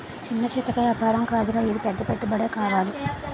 చిన్నా చితకా ఏపారం కాదురా ఇది పెద్ద పెట్టుబడే కావాలి